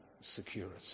security